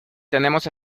tenemos